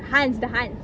hans the hans